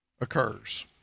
occurs